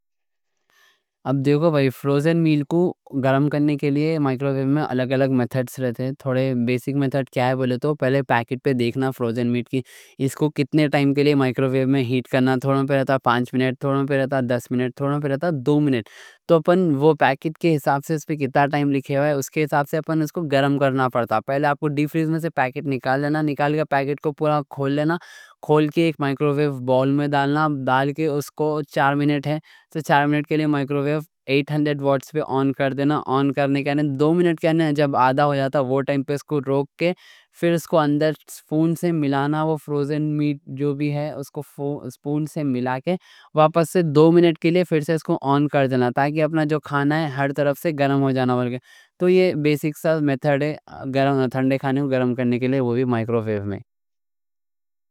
اب دیکھو بھائی، فروزن میل کو گرم کرنے کے لیے مائیکرو ویو میں الگ الگ میتھڈس رہتے تھوڑے بیسک میتھڈ کیا ہے بولے تو، پہلے پیکٹ پہ دیکھنا فروزن میل کی اس کو کتنے ٹائم کے لیے مائیکرو ویو میں ہیٹ کرنا تھوڑوں پہ رہتا پانچ منٹ، تھوڑوں پہ رہتا دس منٹ، تھوڑوں پہ رہتا دو منٹ تو اپن وہ پیکٹ کے حساب سے، اس پہ کتنا ٹائم لکھے ہوئے، اس کے حساب سے اپن اس کو گرم کرنا پڑتا پہلے آپ کو ڈی فریزر میں سے پیکٹ نکال دینا، نکال کے پیکٹ کو پورا کھول دینا کھول کے ایک مائیکرو ویو باؤل میں ڈالنا ڈال کے اس کو چار منٹ ہے تو چار منٹ کے لیے مائیکرو ویو ایٹ ہنڈرڈ واٹس پہ آن کر دینا آن کرنے کے بعد دو منٹ کے آدھے ٹائم پہ اس کو روک کے، پھر اس کو اندر سپون سے ملانا، وہ پھر اس کو واپس سے دو منٹ کے لیے آن کر دینا تاکہ اپنا جو کھانا ہے ہر طرف سے گرم ہو جانا تو یہ بیسک میتھڈ ہے تھنڈے کھانے گرم کرنے کے لیے، وہ بھی مائیکرو ویو میں